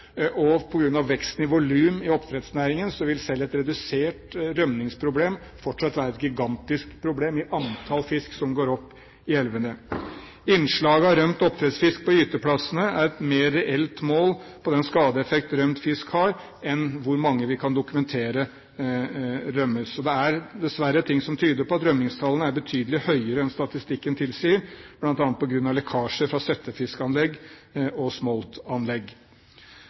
veksten i volum i oppdrettsnæringen vil selv et redusert rømmingsproblem fortsatt være et gigantisk problem når det gjelder antall fisk som går opp i elvene. Innslaget av rømt oppdrettsfisk på gyteplassene er et mer reelt mål på den skadeeffekt rømt fisk har, enn på hvor mange vi kan dokumentere som rømmer. Det er dessverre ting som tyder på at rømmingstallene er betydelig høyere enn statistikken tilsier, bl.a. på grunn av lekkasjer fra settefiskanlegg og smoltanlegg.